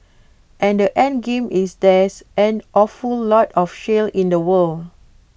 and the endgame is there's an awful lot of shale in the world